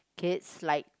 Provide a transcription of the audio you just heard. kids like